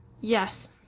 Yes